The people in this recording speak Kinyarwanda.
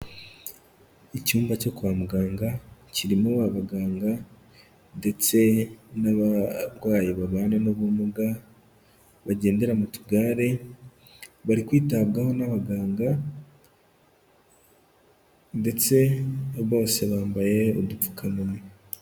Icyumba cyo kwa muganga kirimo abaganga ndetse n'abarwayi babana n'ubumuga, bagendera mu tugare, bari kwitabwaho n'abaganga ndetse bose bambaye udupfukamunwa.